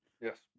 Yes